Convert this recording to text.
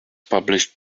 published